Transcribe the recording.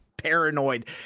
paranoid